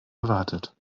gewartet